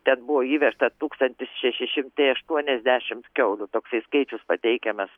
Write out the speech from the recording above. ten buvo įvežta tūkstantis šeši šimtai aštuoniasdešimt kiaulių toksai skaičius pateikiamas